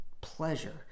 pleasure